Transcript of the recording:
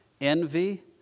envy